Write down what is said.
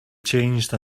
changed